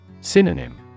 Synonym